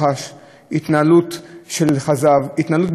התנהלות של כזב, התנהלות בדו-פרצופיות.